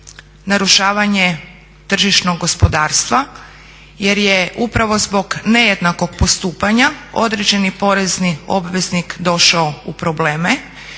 narušavanje tržišnog gospodarstva jer je upravo zbog nejednakog postupanja određeni porezni obveznik došao u probleme